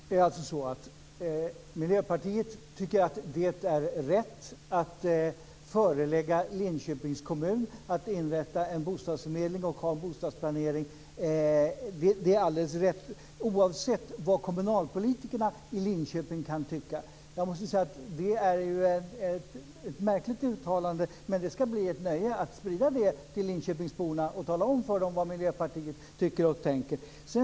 Herr talman! Miljöpartiet tycker alltså att det är rätt att förelägga Linköpings kommun att inrätta en bostadsförmedling och att ha en bostadsplanering - det är alldeles rätt, oavsett vad kommunalpolitikerna i Linköping kan tycka. Jag måste säga att det är ett märkligt uttalande. Det ska bli ett nöje att sprida det till linköpingsborna och att tala om vad Miljöpartiet tycker och tänker.